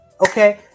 Okay